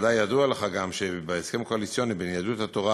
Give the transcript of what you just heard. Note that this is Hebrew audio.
בוודאי ידוע לך גם שבהסכם הקואליציוני בין יהדות התורה